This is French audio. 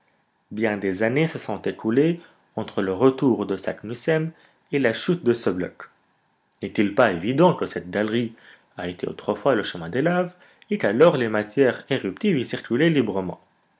bien des années se sont écoulées entre le retour de saknussemm et la chute de ce bloc n'est-il pas évident que cette galerie a été autrefois le chemin des laves et qu'alors les matières éruptives y circulaient librement